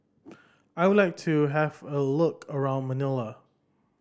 I would like to have a look around Manila